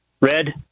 Red